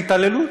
את ההתעללות.